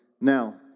Now